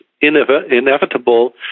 inevitable